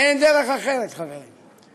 אין דרך אחרת, חברים.